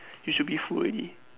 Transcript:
we should be full already